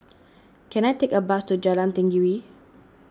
can I take a bus to Jalan Tenggiri